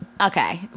okay